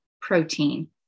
protein